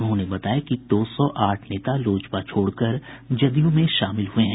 उन्होंने बताया कि दो सौ आठ नेता लोजपा छोड़कर जदयू में शामिल हुए हैं